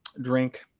drink